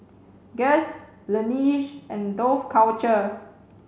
Guess Laneige and Dough Culture